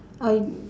I